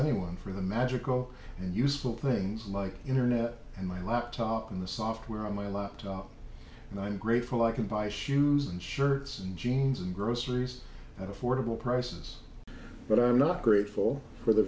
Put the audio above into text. anyone for the magical and useful things like internet my laptop in the software on my laptop and i'm grateful i can buy shoes and shirts jeans and groceries and affordable prices but i'm not grateful for the